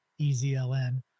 EZLN